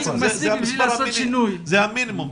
זה המינימום,